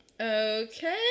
Okay